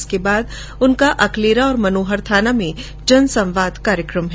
इसके बाद उनका अकलेरा और मनोहरथाना में जन संवाद कार्यक्रम है